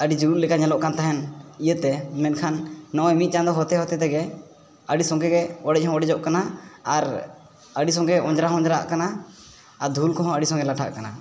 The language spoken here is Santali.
ᱟᱹᱰᱤ ᱡᱩᱞᱩᱜ ᱞᱮᱠᱟ ᱧᱮᱞᱚᱜ ᱠᱟᱱ ᱛᱟᱦᱮᱱ ᱤᱭᱟᱹᱛᱮ ᱢᱮᱱᱠᱷᱟᱱ ᱱᱚᱜᱼᱚᱭ ᱢᱤᱫ ᱪᱟᱸᱫᱳ ᱦᱚᱛᱮ ᱦᱚᱛᱮ ᱛᱮᱜᱮ ᱟᱹᱰᱤ ᱥᱚᱸᱜᱮᱜᱮ ᱚᱲᱮᱡᱦᱚᱸ ᱚᱲᱮᱡᱚᱜ ᱠᱟᱱᱟ ᱟᱨ ᱟᱹᱰᱤ ᱥᱚᱸᱜᱮ ᱚᱡᱽᱨᱟ ᱦᱚᱸ ᱚᱡᱽᱨᱟᱜ ᱠᱟᱱᱟ ᱟᱨ ᱫᱷᱩᱞ ᱠᱚᱦᱚᱸ ᱟᱹᱰᱤ ᱥᱚᱸᱜᱮ ᱞᱟᱴᱷᱟᱜ ᱟᱠᱟᱱ